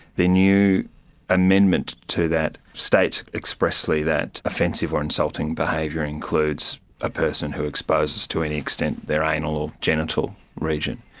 the new amendment to that states expressly that offensive or insulting behaviour includes a person who exposes to any extent their anal or genital region.